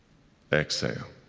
exhale.